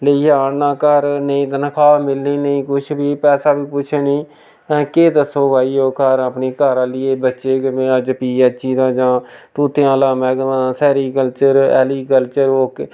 लेइयै औना घर नेईं तनखाह् मिलनी नेईं कुछ बी पैसा बी कुछ निं हैं केह् दस्सोग आइयै ओह् घर अपनी घर आह्ली गी बच्चें गी कि में अज्ज पी ऐच्च ई दा आं जां तूतें आह्ला मैह्कमा सेरीकल्चर ऐग्रीकल्चर ओह् केह्